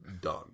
done